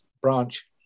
branch